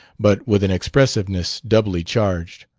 but with an expressiveness doubly charged,